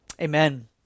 amen